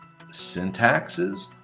syntaxes